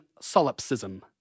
solipsism